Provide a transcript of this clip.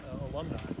alumni